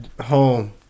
home